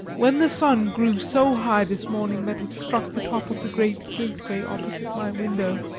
when the sun grew so high this morning that it struck the top of the great gateway opposite my window,